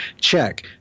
check